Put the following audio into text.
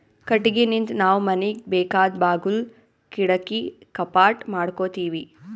ಕಟ್ಟಿಗಿನಿಂದ್ ನಾವ್ ಮನಿಗ್ ಬೇಕಾದ್ ಬಾಗುಲ್ ಕಿಡಕಿ ಕಪಾಟ್ ಮಾಡಕೋತೀವಿ